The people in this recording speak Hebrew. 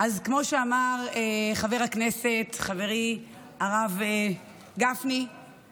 אז כמו שאמר חבר הכנסת חברי הרב גפני,